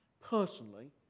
Personally